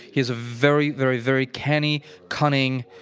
he's a very, very, very canny, cunning,